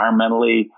environmentally